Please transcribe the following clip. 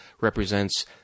represents